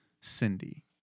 Cindy